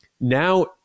Now